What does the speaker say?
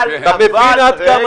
אתה מבין עד כמה